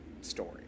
story